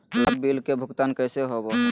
लाभ बिल के भुगतान कैसे होबो हैं?